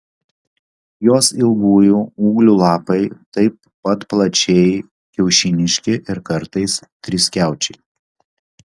jos ilgųjų ūglių lapai taip pat plačiai kiaušiniški ir kartais triskiaučiai